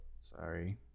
Sorry